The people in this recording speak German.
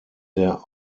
der